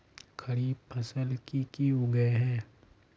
खरीफ फसल की की उगैहे?